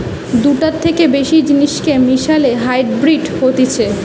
দুটার থেকে বেশি জিনিসকে মিশালে হাইব্রিড হতিছে